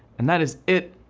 and that is it,